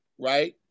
right